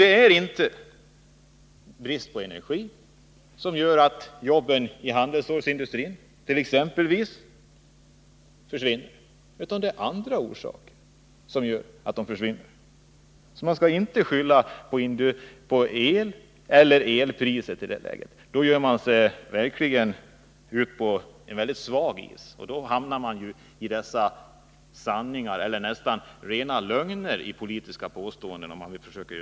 Det är inte brist på energi som gör att jobben exempelvis i handelsstålsindustrin försvinner. Det är andra orsaker till att dessa jobb försvinner. Man skall alltså inte skylla på elpriset. Om man gör det ger man sig verkligen ut på en väldigt svag is, och då hamnar man i dessa halvsanningar eller t.o.m. i rena lögner.